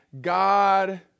God